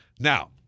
Now